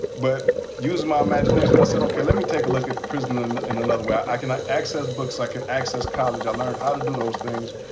but using my imagination, i said, okay, let me take a look at prison in another way. i i can access books, i can access college. i learned how to do those things.